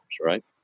right